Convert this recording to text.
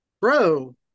bro